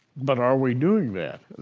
but are we doing that?